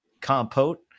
compote